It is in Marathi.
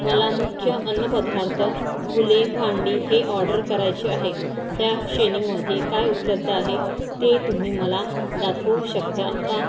मला मुख्य अन्नपदार्थ फुले भांडी हे ऑर्डर करायचे आहे त्या श्रेणीमध्ये काय उपलब्ध आहे ते तुम्ही मला दाखवू शकता का